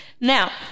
Now